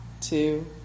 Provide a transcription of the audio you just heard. two